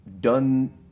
done